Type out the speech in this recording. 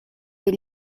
des